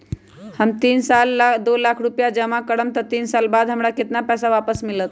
हम तीन साल ला दो लाख रूपैया जमा करम त तीन साल बाद हमरा केतना पैसा वापस मिलत?